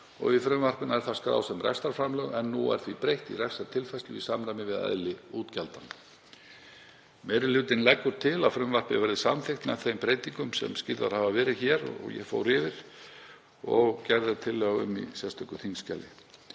Í frumvarpinu er það skráð sem rekstrarframlög en nú er því breytt í rekstrartilfærslu í samræmi við eðli útgjaldanna. Meiri hlutinn leggur til að frumvarpið verði samþykkt með þeim breytingum sem skýrðar hafa verið hér og ég fór yfir og gerð er tillaga um í sérstöku þingskjali.